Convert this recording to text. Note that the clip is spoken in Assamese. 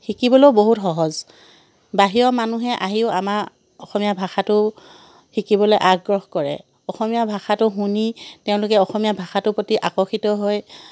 শিকিবলৈও বহুত সহজ বাহিৰৰ মানুহে আহিও আমাৰ অসমীয়া ভাষাটো শিকিবলৈ আগ্ৰহ কৰে অসমীয়া ভাষাটো শুনি তেওঁলোকে অসমীয়া ভাষাটোৰ প্ৰতি আকৰ্ষিত হৈ